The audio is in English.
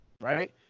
right